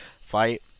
fight